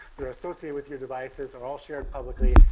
they're associated with your devices, are all shared publicly.